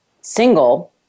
single